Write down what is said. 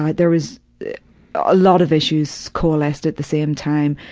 but there is a lot of issues coalesced at the same time,